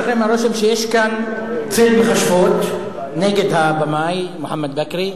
ציד מכשפות נגד הבמאי מוחמד בכרי,